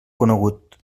conegut